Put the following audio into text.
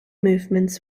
movements